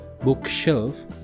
bookshelf